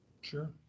Sure